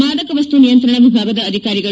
ಮಾದಕ ವಸ್ತು ನಿಯಂತ್ರಣ ವಿಭಾಗದ ಅಧಿಕಾರಿಗಳು